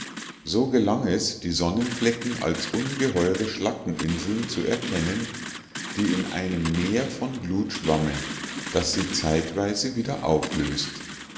so gelang es die sonnenflecken als ungeheure schlackeninseln zu erkennen die in einem meer von glut schwammen das sie zeitenweise wieder auflöst